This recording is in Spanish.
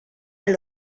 del